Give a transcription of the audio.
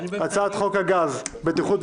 התש"ף-2020 (מ/1329),